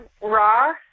raw